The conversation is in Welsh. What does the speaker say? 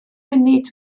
munud